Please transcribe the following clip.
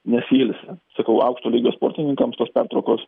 nesiilsi sakau aukšto lygio sportininkams tos pertraukos